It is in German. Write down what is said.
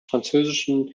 französischen